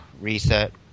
reset